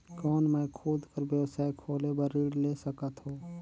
कौन मैं खुद कर व्यवसाय खोले बर ऋण ले सकत हो?